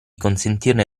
consentirne